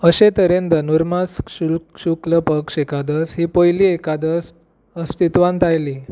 अशे तरेन धनुर्मास शुल्क शुक्ल पक्ष एकादस ही पयली एकादस अस्तित्वांत आयली